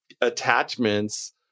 attachments